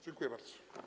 Dziękuję bardzo.